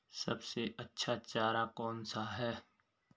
सबसे अच्छा चारा कौन सा है?